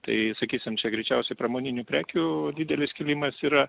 tai sakysim čia greičiausiai pramoninių prekių didelis kilimas yra